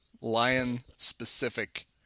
lion-specific